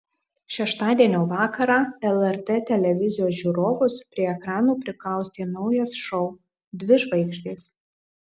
šeštadienio vakarą lrt televizijos žiūrovus prie ekranų prikaustė naujas šou dvi žvaigždės